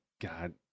god